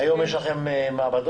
היום יש לכם מעבדות?